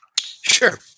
Sure